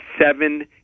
seven